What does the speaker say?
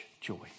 joy